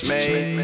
Made